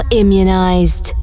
immunized